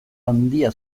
handia